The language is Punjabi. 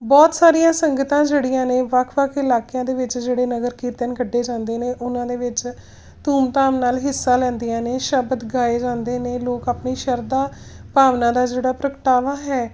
ਬਹੁਤ ਸਾਰੀਆਂ ਸੰਗਤਾਂ ਜਿਹੜੀਆਂ ਨੇ ਵੱਖ ਵੱਖ ਇਲਾਕਿਆਂ ਦੇ ਵਿੱਚ ਜਿਹੜੇ ਨਗਰ ਕੀਰਤਨ ਕੱਢੇ ਜਾਂਦੇ ਨੇ ਉਹਨਾਂ ਨੇ ਵਿੱਚ ਧੂਮ ਧਾਮ ਨਾਲ ਹਿੱਸਾ ਲੈਂਦੀਆਂ ਨੇ ਸ਼ਬਦ ਗਾਏ ਜਾਂਦੇ ਨੇ ਲੋਕ ਆਪਣੀ ਸ਼ਰਧਾ ਭਾਵਨਾ ਦਾ ਜਿਹੜਾ ਪ੍ਰਗਟਾਵਾ ਹੈ